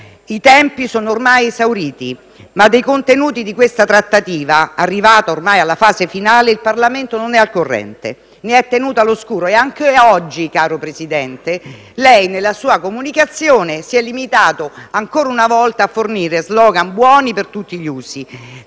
I tempi sono ormai esauriti, ma dei contenuti della trattativa, arrivata ormai alla fase finale, il Parlamento non è al corrente, ne è tenuto all'oscuro. Anche oggi, signor Presidente, nella sua comunicazione si è limitato ancora una volta a fornire *slogan* buoni per tutti gli usi.